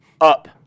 up